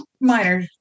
minor